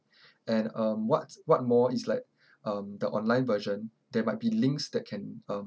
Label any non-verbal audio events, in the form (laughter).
(breath) and um what's what more is like (breath) um the online version there might be links that can um